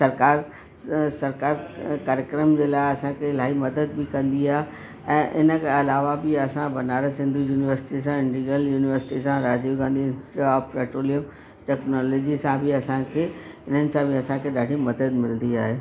सरकार स सरकार कार्यक्रम जे लाइ असांखे इलाही मदद बि कंदी आहे ऐं इनखां अलावा बि असां बनारस हिंदु यूनिवर्सिटी सां इंडीगल यूनिवर्सिटी सां राजीव गांधी इंस्ट्रा पेट्रोलियम टेक्नोलॉजीअ सां बि असांखे इन्हनि सां बि असांखे ॾाढी मदद मिलदी आहे